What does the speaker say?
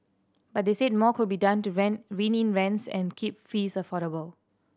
but they said more could be done to rent rein in rents and keep fees affordable